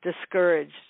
discouraged